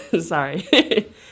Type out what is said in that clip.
Sorry